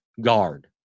guard